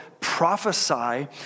prophesy